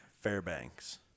Fairbanks